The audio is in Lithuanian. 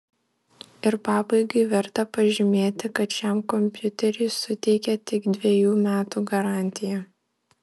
ir pabaigai verta pažymėti kad šiam kompiuteriui suteikia tik dvejų metų garantiją